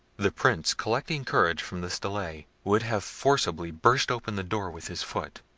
the prince, collecting courage from this delay, would have forcibly burst open the door with his foot,